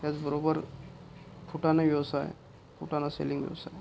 त्याचबरोबर फुटाणा व्यवसाय फुटाणा सेलिंग व्यवसाय